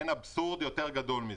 אין אבסורד יותר גדול מזה.